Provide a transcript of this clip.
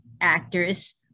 actors